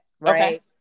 right